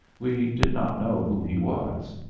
we did not know who he was.